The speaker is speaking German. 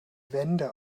wände